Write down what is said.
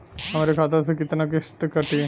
हमरे खाता से कितना किस्त कटी?